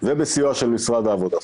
ובסיוע משרד העבודה,